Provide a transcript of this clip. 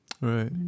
Right